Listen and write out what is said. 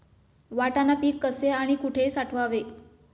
वाटाणा पीक कसे आणि कुठे साठवावे?